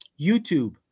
YouTube